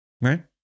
right